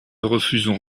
refusons